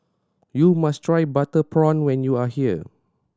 you must try butter prawn when you are here